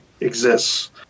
exists